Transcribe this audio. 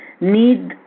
need